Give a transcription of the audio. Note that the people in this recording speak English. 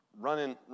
running